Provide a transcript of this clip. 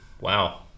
Wow